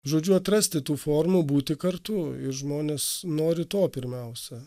žodžiu atrasti tų formų būti kartu ir žmonės nori to pirmiausia